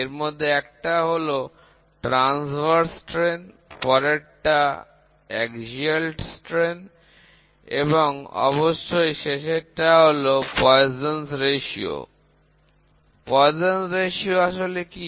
এর মধ্যে একটা হল তির্যক বিকৃতি পরেরটা অক্ষীয় বিকৃতি এবং অবশ্যই শেষের টা হল পয়সনের অনুপাত Poissons ratio পয়সনের অনুপাত Poissons ratio আসলে কি